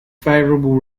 favorable